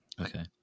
Okay